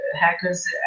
hackers